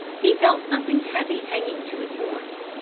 he felt something heavy hanging to his horns.